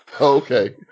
Okay